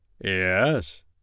Yes